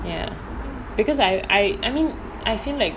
ya because I I I mean I feel like